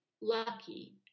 lucky